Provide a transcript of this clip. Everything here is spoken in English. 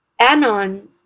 anon